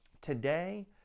today